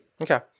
okay